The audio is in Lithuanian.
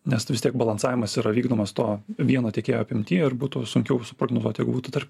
nes tai vis tiek balansavimas yra vykdomas to vieno tiekėjo apimty ir būtų sunkiau suprognozuot jeigu būtų tarp